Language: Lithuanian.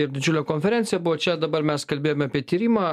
ir didžiulė konferencija buvo čia dabar mes kalbėjome apie tyrimą